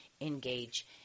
engage